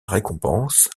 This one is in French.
récompense